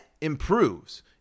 improves